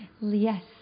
Yes